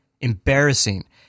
embarrassing